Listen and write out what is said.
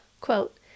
Quote